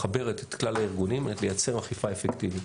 מחברת את כלל הארגונים כדי לייצר אכיפה אפקטיבית?